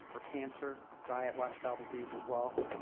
or cancer, diet lifestyle disease as well.